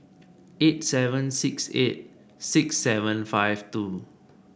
eight seven six eight six seven five two